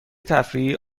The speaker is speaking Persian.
تفریحی